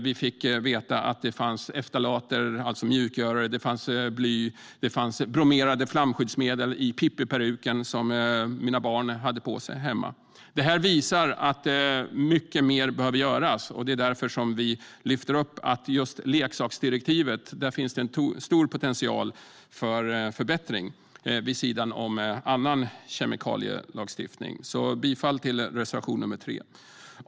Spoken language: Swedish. Vi fick veta att det fanns ftalater, alltså mjukgörare, bly och bromerade flamskyddsmedel i Pippiperuken som mina barn hade på sig hemma. Detta visar att mycket mer behöver göras, och därför lyfter vi upp att det finns stor potential för förbättring i just leksaksdirektivet vid sidan av annan kemikalielagstiftning. Jag yrkar alltså bifall till reservation nr 3. Herr talman!